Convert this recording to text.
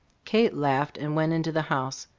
kate laughed and went into the house.